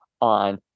on